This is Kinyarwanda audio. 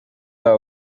babo